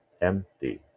empty